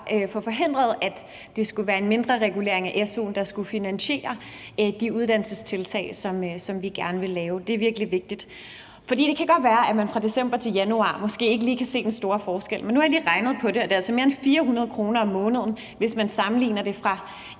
lige før – at det skulle være en mindreregulering af su'en, der skulle finansiere de uddannelsestiltag, som vi gerne vil lave. Det er virkelig vigtigt. For det kan godt være, at man fra december til januar måske ikke lige kan se den store forskel. Men nu har jeg lige regnet på det, og det er altså mere end 400 kr. om måneden, hvis man sammenligner det fra